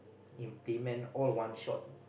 implement all one shot